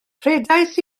rhedais